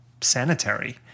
sanitary